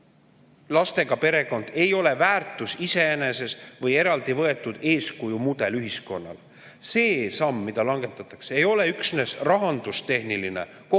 lastega perekond ei ole väärtus iseeneses või eraldi võetuna eeskujumudel ühiskonnas. See samm, mida langetatakse, ei ole üksnes rahandustehniline